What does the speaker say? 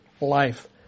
life